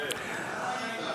מה ראית?